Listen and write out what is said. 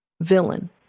villain